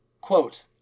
Quote